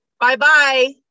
Bye-bye